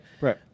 Right